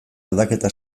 aldaketa